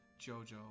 Jojo